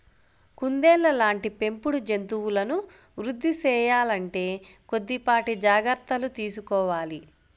కుందేళ్ళ లాంటి పెంపుడు జంతువులను వృద్ధి సేయాలంటే కొద్దిపాటి జాగర్తలు తీసుకోవాలి